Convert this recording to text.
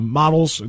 models